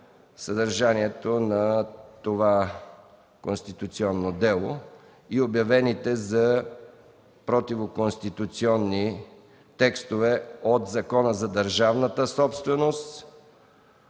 съдържанието на това конституционно дело и обявените за противоконституционни текстове от Закона за държавната собственост,